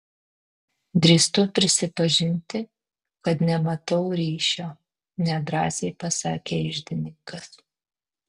drįstu prisipažinti kad nematau ryšio nedrąsiai pasakė iždininkas